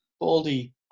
Baldy